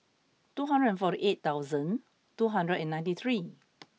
two hundred and forty eight thousand two hundred and ninety three